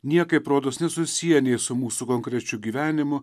niekaip rodos nesusija nei su mūsų konkrečiu gyvenimu